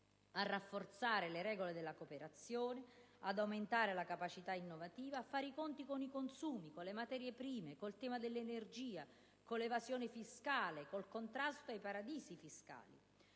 a rafforzare le regole delle cooperazione economica, ad aumentare la capacità di innovazione produttiva, a fare i conti con i consumi, con le materie prime, con il tema dell'energia, con l'evasione fiscale. E con il contrasto ai paradisi fiscali,